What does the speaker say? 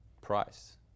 price